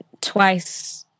twice